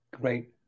Great